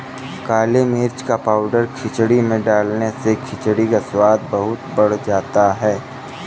काली मिर्च का पाउडर खिचड़ी में डालने से खिचड़ी का स्वाद बहुत बढ़ जाता है